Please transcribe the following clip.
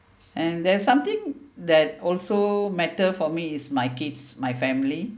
and there's something that also matter for me is my kids my family